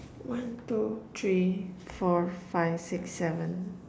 one two three four five six seven